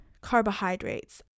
carbohydrates